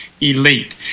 elite